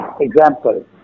example